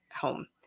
home